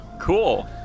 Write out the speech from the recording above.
Cool